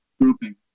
grouping